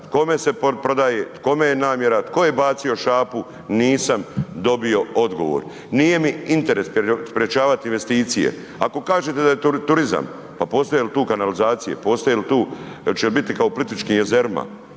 kome se prodaje, kome je namjera, tko je bacio šapu, nisam dobio odgovor. Nije mi interes sprječavati investicije. Ako kažete da je turizam, pa postoje li tu kanalizacije, postoje li tu, hoće biti kao na Plitvičkim jezerima?